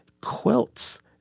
quilts